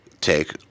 take